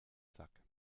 sack